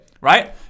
right